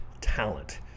talent